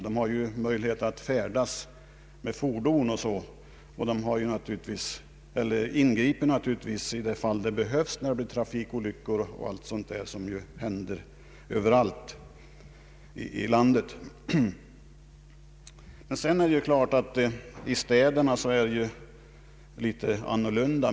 Polisen har nu möjlighet att färdas med fordon och kan ingripa snabbt i de fall då det behövs t.ex. vid trafikolyckor, som ju händer överallt i landet. Det är klart att förhållandena i städerna är litet annorlunda.